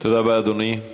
תודה רבה, אדוני.